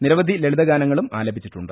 നിരവധി ലളിതഗാനങ്ങളും ആലപിച്ചിട്ടുണ്ട്